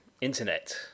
Internet